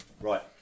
Right